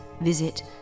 visit